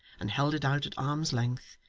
and held it out at arm's length,